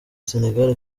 senegal